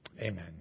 Amen